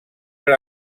per